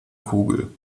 kugel